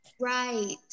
right